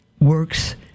Works